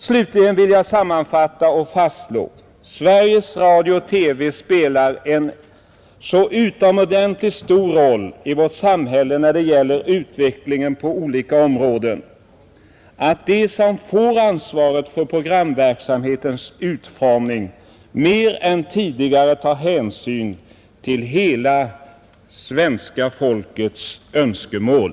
Slutligen vill jag sammanfatta och fastslå att Sveriges Radio spelar en så utomordentligt stor roll i vårt samhälle när det gäller utvecklingen på olika områden att de som får ansvaret för programverksamhetens utformning mer än tidigare måste ta hänsyn till hela svenska folkets önskemål.